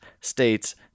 states